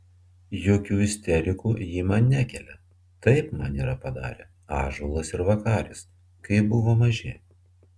jokių isterikų ji man nekelia taip man yra padarę ąžuolas ir vakaris kai buvo maži